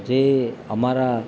જે અમારા